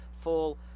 full